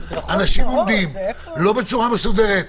אנשים עומדים לא בצורה מסודרת,